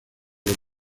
los